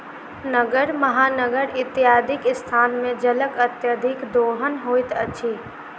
नगर, महानगर इत्यादिक स्थान मे जलक अत्यधिक दोहन होइत अछि